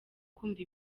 kumva